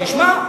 תשמע.